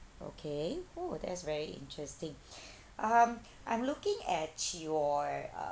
okay oh that's very interesting um I'm looking at your uh